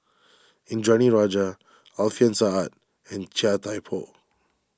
Indranee Rajah Alfian Sa'At and Chia Thye Poh